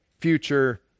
future